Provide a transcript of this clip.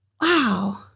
wow